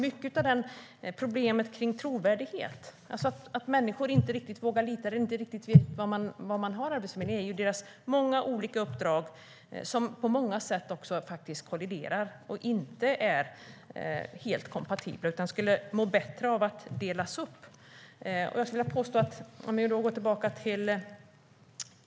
Mycket av problemet kring trovärdighet, det vill säga att människor inte riktigt vågar lita på eller inte riktigt vet var de har Arbetsförmedlingen, beror på dess många olika uppdrag som på många sätt kolliderar och inte är helt kompatibla utan skulle må bättre av att delas upp.